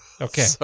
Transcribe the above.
Okay